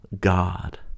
God